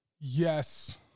Yes